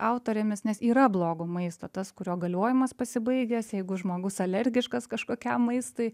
autorėmis nes yra blogo maisto tas kurio galiojimas pasibaigęs jeigu žmogus alergiškas kažkokiam maistui